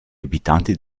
abitanti